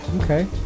Okay